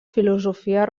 filosofia